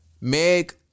Meg